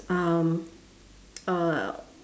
um uh